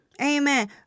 Amen